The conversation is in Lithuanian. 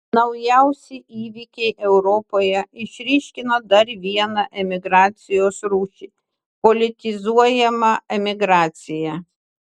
naujausi įvykiai europoje išryškino dar vieną emigracijos rūšį politizuojamą emigraciją